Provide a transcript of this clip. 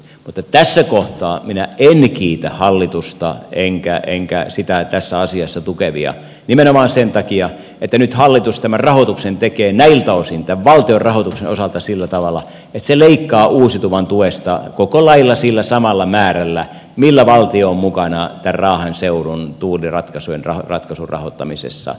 mutta tässä kohtaa minä en kiitä hallitusta enkä sitä tässä asiassa tukevia nimenomaan sen takia että nyt hallitus tämän rahoituksen tekee näiltä osin tämän valtion rahoituksen osalta sillä tavalla että se leikkaa uusiutuvan tuesta koko lailla sillä samalla määrällä millä valtio on mukana tämän raahen seudun tuuliratkaisun rahoittamisessa